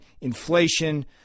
inflation